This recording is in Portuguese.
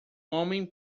homem